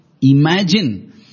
imagine